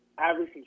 average